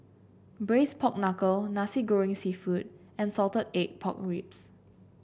braise Pork Knuckle Nasi Goreng seafood and Salted Egg Pork Ribs